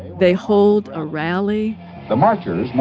they hold a rally the marchers,